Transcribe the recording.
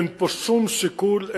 אין פה שום שיקול,